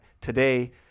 Today